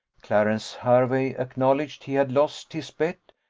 clarence hervey acknowledged he had lost his bet,